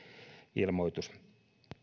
ilmoitus